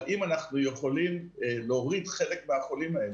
אבל אם אנחנו יכולים להוריד חלק מהחולים האלה,